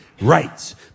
Rights